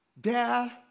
Dad